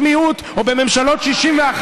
אתם דנים בממשלות מיעוט או בממשלות 61,